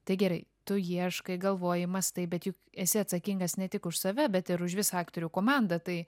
tai gerai tu ieškai galvoji mąstai bet juk esi atsakingas ne tik už save bet ir už visą aktorių komandą tai